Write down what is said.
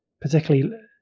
particularly